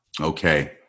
Okay